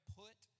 put